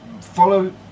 follow